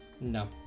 No